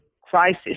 crisis